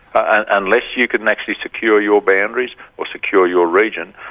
unless you can actually secure your boundaries or secure your region,